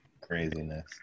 Craziness